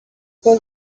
paul